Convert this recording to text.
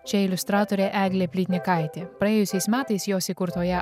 čia iliustratorė eglė plytnikaitė praėjusiais metais jos įkurtoje